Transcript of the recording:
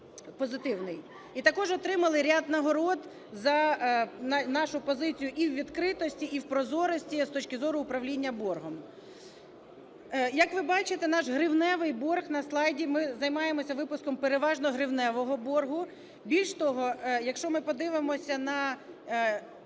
І також отримали ряд нагород за нашу позицію і у відкритості, і в прозорості з точки зору управління боргом. Як ви бачите, наш гривневий борг на слайді, ми займаємося випуском переважно гривневого боргу. Більше того, якщо ми подивимося на